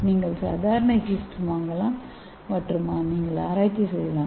நீங்கள் சாதாரண ஈஸ்ட் வாங்கலாம் மற்றும் நீங்கள் ஆராய்ச்சி செய்யலாம்